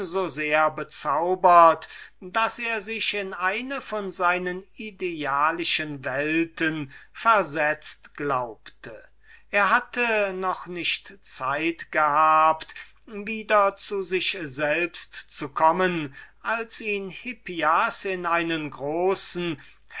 so sehr bezaubert daß er sich in eine von seinen idealischen welten versetzt glaubte allein eh er zeit hatte zu sich selbst zu kommen führte ihn hippias in einen großen